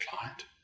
client